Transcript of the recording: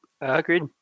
Agreed